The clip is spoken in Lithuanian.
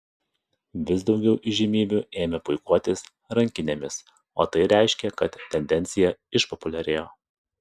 vis daugiau įžymybių ėmė puikuotis rankinėmis o tai reiškė kad tendencija išpopuliarėjo